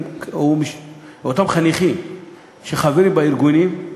אותם חניכים שחברים בארגונים,